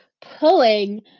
pulling